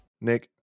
Nick